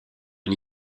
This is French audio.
une